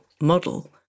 model